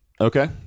Okay